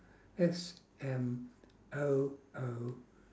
S M O O